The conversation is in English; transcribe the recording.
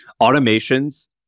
automations